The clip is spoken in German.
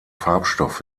farbstoff